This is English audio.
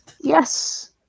Yes